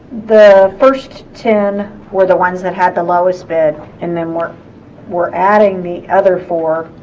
the first ten were the ones that had the lowest bid and then were we're adding the other four